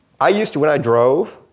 i used to when i drove,